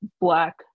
Black